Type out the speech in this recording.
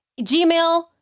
Gmail